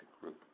group